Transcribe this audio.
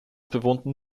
bewohnten